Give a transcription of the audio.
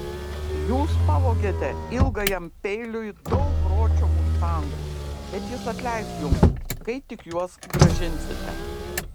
jūs pavogėte ilgajam peiliui daug ročio mustangų bet jis atleis jums kai tik juos grąžinsite